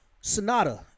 Sonata